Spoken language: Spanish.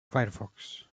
firefox